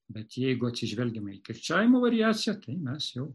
bet jeigu atsižvelgiame į kirčiavimo variaciją tai mes jau